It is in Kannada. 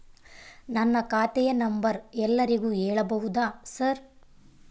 ನನ್ನ ಖಾತೆಯ ನಂಬರ್ ಎಲ್ಲರಿಗೂ ಹೇಳಬಹುದಾ ಸರ್?